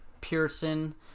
Pearson